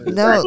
no